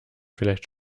vielleicht